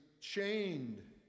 chained